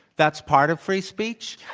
that's part of free speech.